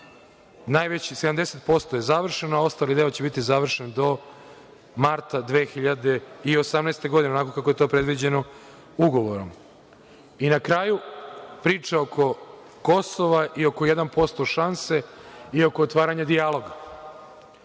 centara, 70% je završeno, a ostali deo će biti završen do marta 2018. godine, onako kako je to predviđeno ugovorom. Na kraju, priča oko Kosova i oko 1% šanse i oko otvaranja dijaloga,